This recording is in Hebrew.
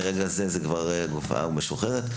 ומרגע זה הגופה משוחררת.